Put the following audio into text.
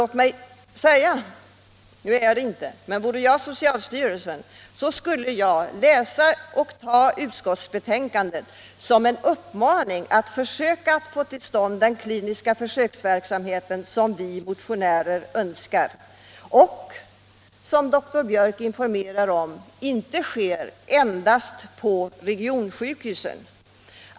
Låt mig här säga, att vore jag socialstyrelsen skulle jag ta utskottets betänkande som en uppmaning att försöka få till stånd den kliniska försöksverksamhet som vi motionärer önskar och som enligt vad dr Biörck nyss informerade om inte sker endast på regionsjukhusen.